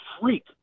freak